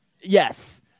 Yes